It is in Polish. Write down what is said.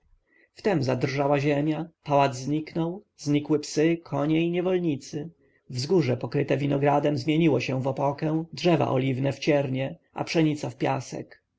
wtem zadrżała ziemia pałac zniknął znikły psy konie i niewolnicy wzgórze pokryte winogradem zmieniło się w opokę drzewa oliwne w ciernie a pszenica w piasek